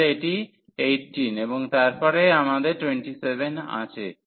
তাহলে এটি 18 এবং তারপরে আমাদের 27 আছে